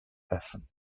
essen